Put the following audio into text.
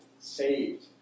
saved